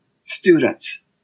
students